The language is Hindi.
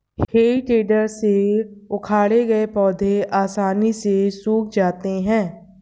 हेइ टेडर से उखाड़े गए पौधे आसानी से सूख जाते हैं